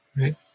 right